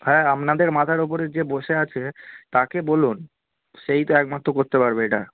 হ্যাঁ আপনাদের মাথার ওপরে যে বসে আছে তাকে বলুন সেই তো একমাত্র করতে পারবে এটা